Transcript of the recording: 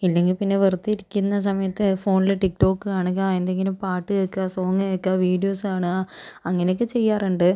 ഇല്ലെങ്കിൽ പിന്നെ വെറുതെ ഇരിക്കുന്ന സമയത്ത് ഫോണിൽ ടിക്ടോക്ക് കാണുക എന്തെങ്കിലും പാട്ടു കേൾക്കുക സോങ് കേൾക്കുക വീഡിയോസ് കാണുക അങ്ങനെയൊക്കെ ചെയ്യാറുണ്ട്